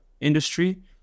industry